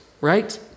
right